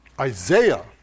Isaiah